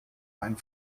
ein